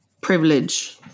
privilege